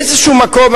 באיזשהו מקום,